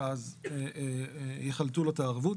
אז יחלטו לו את הערבות.